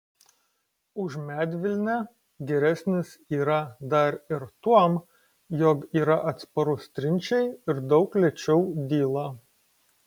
už medvilnę geresnis yra dar ir tuom jog yra atsparus trinčiai ir daug lėčiau dyla